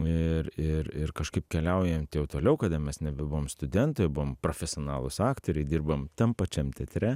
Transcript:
ir ir ir kažkaip keliaujant jau toliau kada mes nebebuvom studentai o buvom profesionalūs aktoriai dirbom tam pačiam teatre